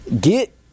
get